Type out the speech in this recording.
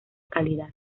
calidad